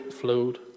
flowed